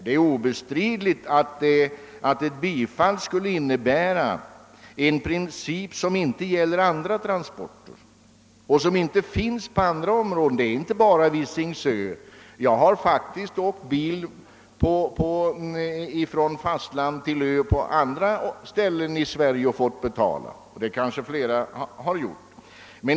Det är obestridligt att ett bifall till motionen skulle innebära att vi i detta fall inför en princip som inte gäller för andra transporter och på andra områden. Det är inte bara Visingsö som kan jämföras i detta fall. Jag har faktiskt åkt bil från fastlandet till andra öar och fått betala för det.